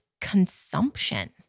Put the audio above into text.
consumption